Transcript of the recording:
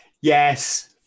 Yes